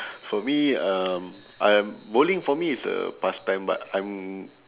for me um I'm bowling for me is a past time but I'm